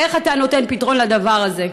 איך אתה נותן פתרון לדבר הזה?